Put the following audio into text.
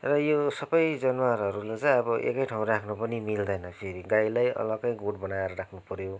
र यो सबै जनावरहरूलाई चाहिँ अब एकै ठाँउ राख्नु पनि मिल्दैन फेरि गाईलाई अलग्गै गोठ बनाएर राख्नु पऱ्यो